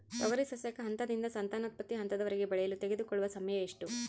ತೊಗರಿ ಸಸ್ಯಕ ಹಂತದಿಂದ ಸಂತಾನೋತ್ಪತ್ತಿ ಹಂತದವರೆಗೆ ಬೆಳೆಯಲು ತೆಗೆದುಕೊಳ್ಳುವ ಸಮಯ ಎಷ್ಟು?